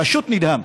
פשוט נדהם.